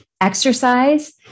exercise